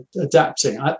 adapting